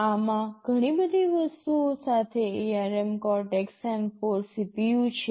આમાં ઘણી બધી વસ્તુઓ સાથે ARM Cortex M4 CPU છે